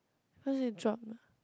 where is drug